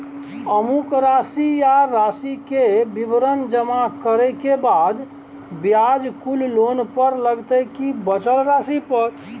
अमुक राशि आ राशि के विवरण जमा करै के बाद ब्याज कुल लोन पर लगतै की बचल राशि पर?